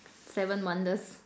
seven wonders